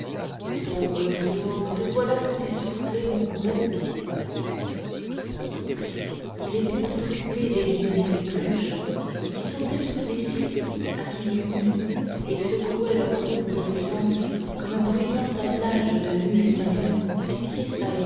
pauvre guillaume te voilà tout essoufflé mon gros il était tout occupé d'aiguillonner ses cloches qui sautaient toutes les six à qui mieux mieux et secouaient leurs croupes luisantes comme un bruyant attelage de mules espagnoles piqué çà